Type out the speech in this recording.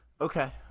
Okay